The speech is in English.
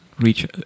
reach